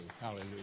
Hallelujah